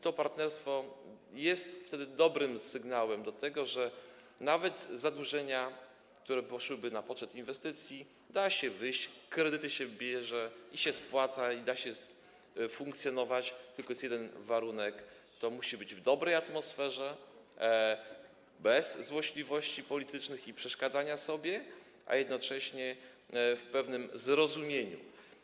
To partnerstwo byłoby dobrym sygnałem do tego, że nawet z zadłużenia, które poszłoby na poczet inwestycji, da się wyjść, kredyty się bierze i się spłaca i da się funkcjonować, tylko jest jeden warunek, to musi być przeprowadzane w dobrej atmosferze, bez złośliwości politycznych i przeszkadzania sobie, a jednocześnie z pewnym zrozumieniem.